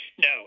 No